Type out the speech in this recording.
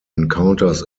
encounters